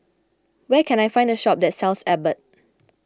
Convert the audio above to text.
where can I find a shop that sells Abbott